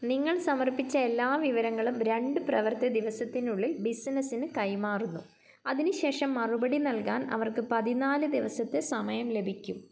നിങ്ങൾ സമർപ്പിച്ച എല്ലാ വിവരങ്ങളും രണ്ട് പ്രവൃത്തി ദിവസത്തിനുള്ളിൽ ബിസിനസ്സിന് കൈമാറുന്നു അതിന്ശേഷം മറുപടി നൽകാൻ അവർക്ക് പതിനാല് ദിവസത്തെ സമയം ലഭിക്കും